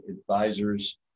Advisors